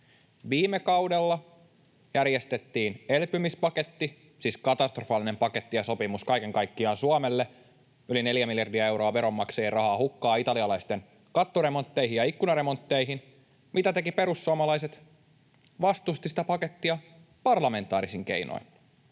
Viime kaudella järjestettiin elpymispaketti, siis Suomelle katastrofaalinen paketti ja sopimus kaiken kaikkiaan, yli neljä miljardia euroa veronmaksajien rahaa hukkaan italialaisten kattoremontteihin ja ikkunaremontteihin. Mitä tekivät perussuomalaiset? Vastustivat sitä pakettia parlamentaarisin keinoin.